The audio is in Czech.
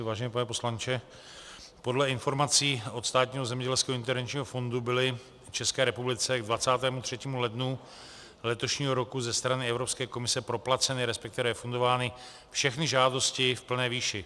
Vážený pane poslanče, podle informací od Státního zemědělského intervenčního fondu byly v České republice k 23. lednu letošního roku ze strany Evropské komise proplaceny, respektive refundovány, všechny žádosti v plné výši.